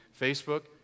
Facebook